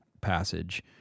passage